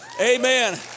Amen